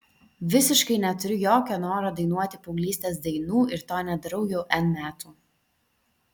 visiškai neturiu jokio noro dainuoti paauglystės dainų ir to nedarau jau n metų